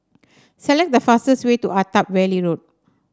select the fastest way to Attap Valley Road